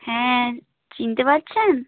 হ্যাঁ চিনতে পারছেন